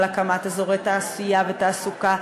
על הקמת אזורי תעשייה ותעסוקה,